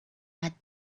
had